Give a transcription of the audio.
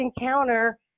encounter